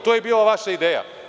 To je bila vaša ideja.